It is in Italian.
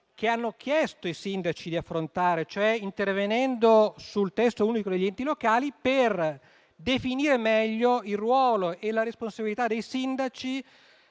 che hanno chiesto i sindaci di affrontare, sul Testo unico degli enti locali per definire meglio il ruolo e la responsabilità dei sindaci